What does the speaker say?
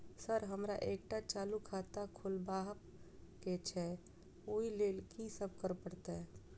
Sir हमरा एकटा चालू खाता खोलबाबह केँ छै ओई लेल की सब करऽ परतै?